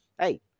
hey